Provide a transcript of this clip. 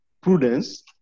prudence